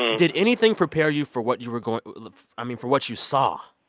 did anything prepare you for what you were going i mean, for what you saw?